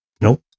Nope